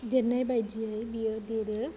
देरनाय बायदियै बियो देरो